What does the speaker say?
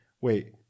wait